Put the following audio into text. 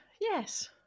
yes